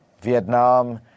Vietnam